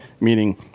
Meaning